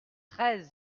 treize